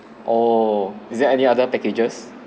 oh is there any other packages